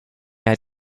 had